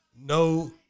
No